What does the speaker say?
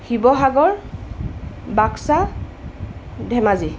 Sivasagar Baksa Dhemaji